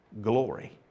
Glory